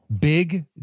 Big